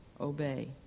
obey